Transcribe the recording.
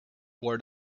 word